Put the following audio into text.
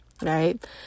Right